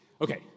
Okay